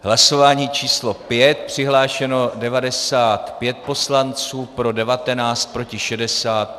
Hlasování číslo 5, přihlášeno 95 poslanců, pro 19, proti 60.